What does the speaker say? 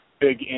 big